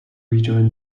rejoin